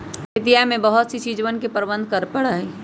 खेतिया में बहुत सी चीजवन के प्रबंधन करे पड़ा हई